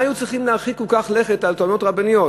מה היו צריכים להרחיק כל כך לכת לטוענות רבניות?